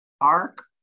arc